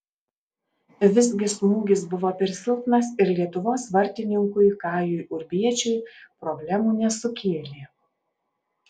visgi smūgis buvo per silpnas ir lietuvos vartininkui kajui urbiečiui problemų nesukėlė